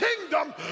kingdom